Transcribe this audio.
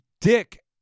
dick